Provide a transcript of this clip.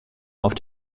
auf